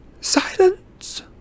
silence